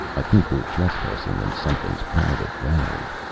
i think we're trespassing in something's private valley.